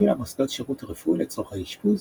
שהפעילה מוסדות שירות רפואי לצורכי אשפוז,